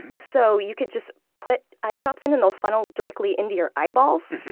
so you can just put eyedrops in and they'll funnel directly into your eyeballs.